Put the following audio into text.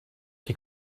die